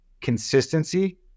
consistency